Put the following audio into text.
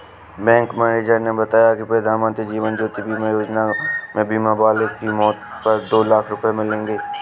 bank manager ने बताया कि प्रधानमंत्री जीवन ज्योति बीमा योजना में बीमा वाले की मौत पर दो लाख रूपये मिलेंगे